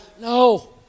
no